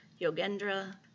Yogendra